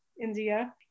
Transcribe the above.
India